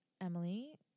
Emily